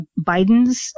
Bidens